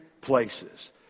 places